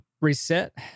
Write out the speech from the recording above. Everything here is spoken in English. reset